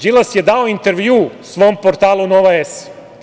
Đilas je dao intervjuu svom portalu "Nova S"